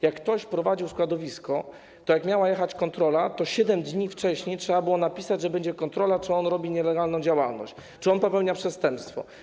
Jak ktoś prowadził składowisko, to gdy miała być kontrola, to 7 dni wcześniej trzeba było napisać, że będzie kontrola, czy on robi nielegalną działalność, czy popełnia przestępstwo.